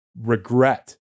regret